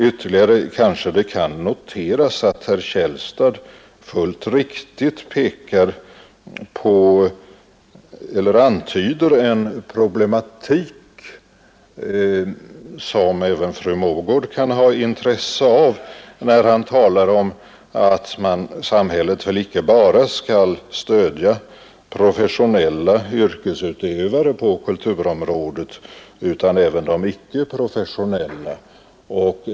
Ytterligare kan det kanske noteras att herr Källstad fullt riktigt antyder en problematik som även fru Mogård kan ha intresse av när han talar om att samhället väl icke bara skall stödja professionella yrkesutövare på kulturområdet, utan även de icke professionella.